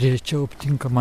rečiau aptinkama